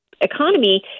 economy